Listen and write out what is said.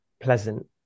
pleasant